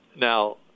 Now